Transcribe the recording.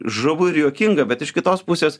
žavu ir juokinga bet iš kitos pusės